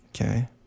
Okay